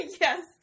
Yes